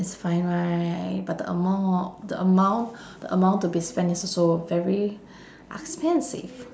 it's fine right but the amount hor the amount the amount to be spent is also very expensive